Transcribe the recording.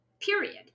period